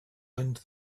wind